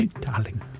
darling